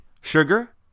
sugar